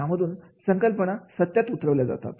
यामधून संकल्पना सत्यात उतरवले जातात